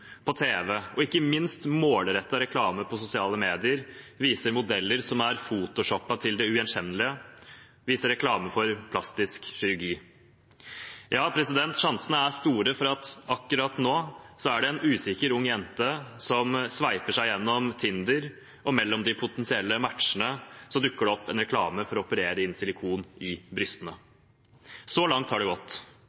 på tv og ikke minst målrettet reklame på sosiale medier viser modeller som er photoshoppet til det ugjenkjennelige, og reklame for plastisk kirurgi. Ja, sjansene er store for at akkurat nå er det en usikker ung jente som sveiper seg igjennom Tinder, og mellom de potensielle matchene dukker det opp en reklame for å operere inn silikon i brystene.